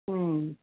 ꯎꯝ